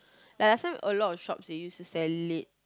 lah like last time a lot of shops used to sell it